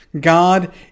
God